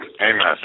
Amen